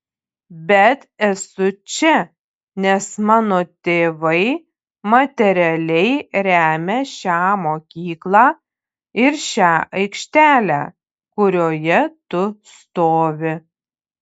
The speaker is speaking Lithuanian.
bet esu čia nes mano tėvai materialiai remia šią mokyklą ir šią aikštelę kurioje tu stovi